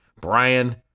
Brian